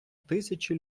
тисячі